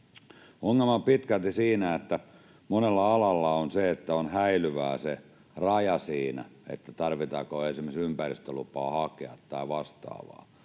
Ongelma on pitkälti siinä, että monella alalla on niin, että on häilyvä se raja siinä, tarvitseeko esimerkiksi ympäristölupaa hakea tai vastaavaa,